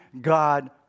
God